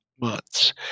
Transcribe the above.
months